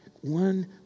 One